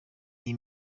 iyi